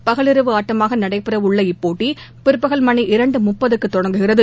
பகல் இரவு ஆட்டமாக நடைபெறவுள்ள இப்போட்டி பிற்பகல் மணி இரண்டு முப்பதுக்கு தொடங்குகிறது